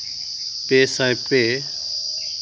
ᱯᱮ ᱥᱟᱭ ᱯᱮ